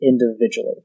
individually